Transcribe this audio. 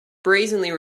brazenly